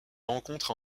rencontre